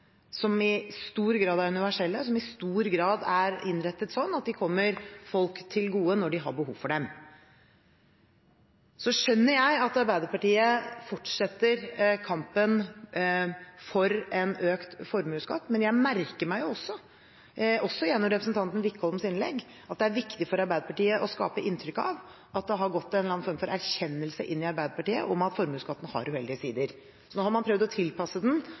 som i stor grad er universelle, og som i stor grad er innrettet sånn at de kommer folk til gode når de har behov for dem. Så skjønner jeg at Arbeiderpartiet fortsetter kampen for en økt formuesskatt, men jeg merker meg også – også gjennom representanten Wickholms innlegg – at det er viktig for Arbeiderpartiet å skape inntrykk av at det har gått en eller annen form for erkjennelse inn i Arbeiderpartiet om at formuesskatten har uheldige sider. Så nå har man prøvd å tilpasse den,